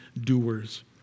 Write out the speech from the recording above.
doers